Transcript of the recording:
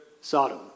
Sodom